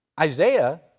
Isaiah